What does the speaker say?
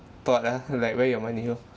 thought ah like where your money go